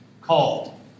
called